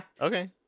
Okay